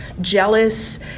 jealous